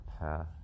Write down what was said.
path